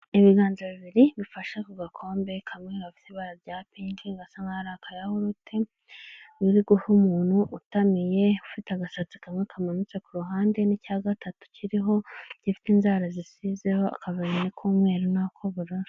Ibiganza bibiri bifashe ku gakombe kamwe gafite ibara rya pinki, gasa nk'aho ari akayawurute uri guha umuntu utamiye ufite agasatsi kamwe kamanutse ku ruhande n'icya gatatu kiriho gifite inzara zisizeho akaverine i k'umweru n'ak'ubururu.